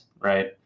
right